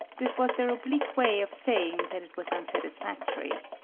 this was their oblique way of saying that it was unsatis factory.